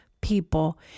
people